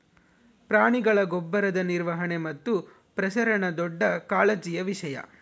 ಪ್ರಾಣಿಗಳ ಗೊಬ್ಬರದ ನಿರ್ವಹಣೆ ಮತ್ತು ಪ್ರಸರಣ ದೊಡ್ಡ ಕಾಳಜಿಯ ವಿಷಯ